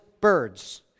birds